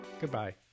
Goodbye